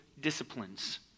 disciplines